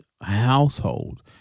household